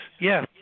Yes